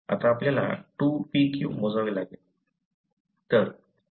आता आपल्याला 2pq मोजावे लागेल